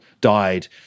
died